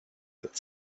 that